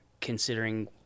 considering